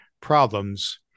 problems